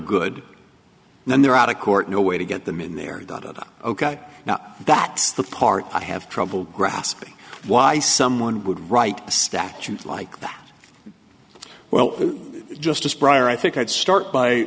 good and then they're out of court no way to get them in there ok now that's the part i have trouble grasping why someone would write a statute like that well justice briar i think i'd start